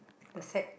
the side